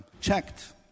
checked